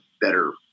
better